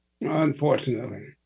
Unfortunately